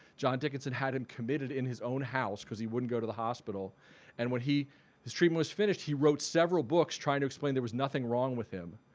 john dickinson had him committed in his own house because he wouldn't go to the hospital and when his treatment was finished, he wrote several books trying to explain there was nothing wrong with him